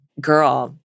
Girl